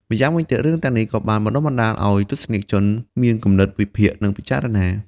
ម្យ៉ាងវិញទៀត រឿងទាំងនេះក៏បានបណ្តុះបណ្តាលឲ្យទស្សនិកជនមានគំនិតវិភាគនិងពិចារណា។